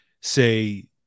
say